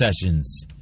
Sessions